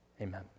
Amen